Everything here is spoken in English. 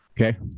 Okay